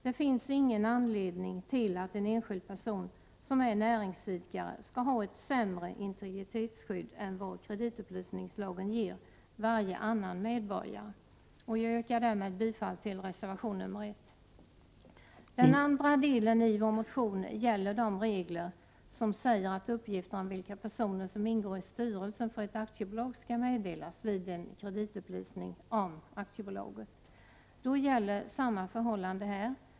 Det finns ingen anledning till att en enskild person som är näringsidkare skall ha ett sämre integritetsskydd än vad kreditupplysningslagen ger varje annan medborgare. Jag yrkar därmed bifall till reservation nr 1. Den andra delen i vår motion gäller de regler som säger att uppgifter om vilka personer som ingår i styrelsen för ett aktiebolag skall meddelas vid en kreditupplysning om aktiebolaget. Då gäller samma förhållande här.